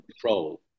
control